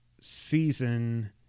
season